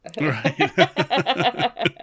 Right